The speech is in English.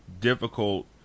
difficult